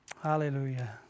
Hallelujah